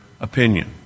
opinion